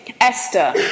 Esther